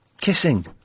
kissing